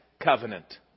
covenant